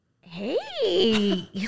hey